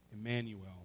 Emmanuel